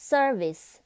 Service